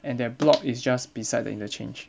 and their block is just beside the interchange